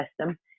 system